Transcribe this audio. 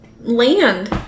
land